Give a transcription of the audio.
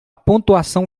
pontuação